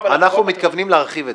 אנחנו מתכוונים להרחיב את זה.